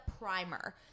primer